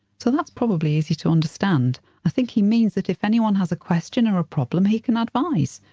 so that's probably easy to understand i think he means that if anyone has a question, or a problem he can advise,